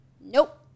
nope